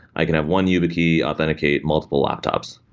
i can have one yeah ubkey authenticate multiple laptops.